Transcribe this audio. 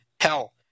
Hell